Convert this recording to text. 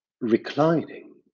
Reclining